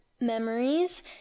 memories